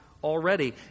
Already